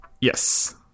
Yes